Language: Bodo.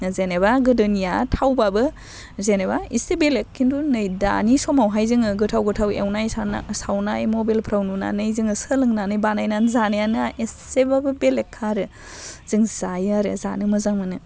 जेनेबा गोदोनिया थावबाबो जेनेबा इसे बेलेग खिन्थु नै दानि समाव हाय जोङो गोथाव गोथाव एवनाय सावना सावनाय मबेलफ्राव नुनानै जोङो सोलोंनानै बानायनानै जानायानो इसेबाबो बेलेग खा आरो जों जायो आरो जानो मोजां मोनो